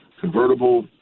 convertible